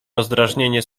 rozdrażnienie